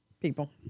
People